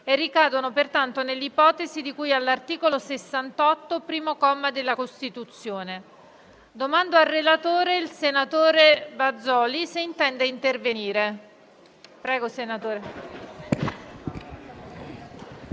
e ricadono pertanto nell'ipotesi di cui all'articolo 68, primo comma, della Costituzione. Chiedo al relatore, senatore Bazoli, se intende intervenire.